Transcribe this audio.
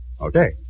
okay